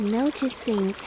noticing